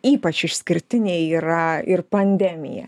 ypač išskirtiniai yra ir pandemija